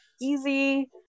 easy